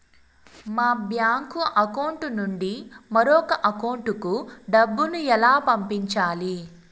మా bank account నుండి మరొక అకౌంట్ కు డబ్బును ఎలా పంపించాలి